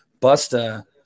Busta